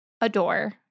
adore